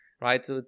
right